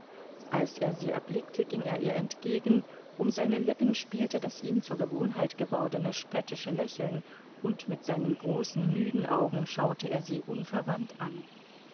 als er sie erblickte ging er ihr entgegen um seine lippen spielte das ihm zur gewohnheit gewordene spöttische lächeln und mit seinen großen müden augen schaute er sie unverwandt an